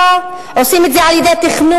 עושים את זה על-ידי חקיקה,